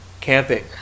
camping